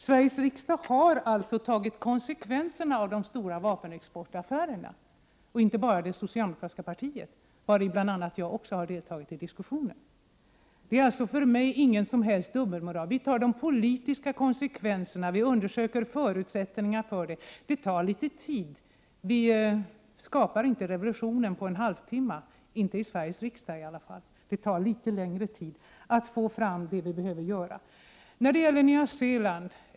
Sveriges riksdag har alltså tagit konsekvenserna av de stora vapenexportaffärerna, inte bara det socialdemokratiska partiet, där bl.a. jag har deltagit i diskussionen. Detta är för mig ingen som helst dubbelmoral. Vi tar de politiska konsekvenserna. Vi undersöker nu förutsättningarna för en begränsning av vapenexporten. Detta tar litet tid. Vi skapar inte revolutionen på en halvtimme, inte i Sveriges riksdag. Det tar litet längre tid att få fram det underlag för beslut som vi behöver.